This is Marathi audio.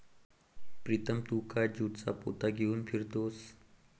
प्रीतम तू का ज्यूटच्या पोत्या घेऊन फिरतोयस